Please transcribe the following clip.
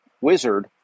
wizard